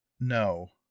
No